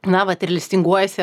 na vat ir listinguojasi